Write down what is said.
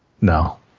No